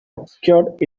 obscured